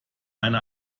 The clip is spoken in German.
eine